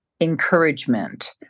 encouragement